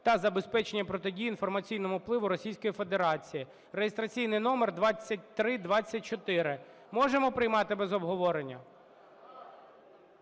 та забезпечення протидії інформаційному впливу Російської Федерації (реєстраційний номер 2324). Можемо приймати без обговорення?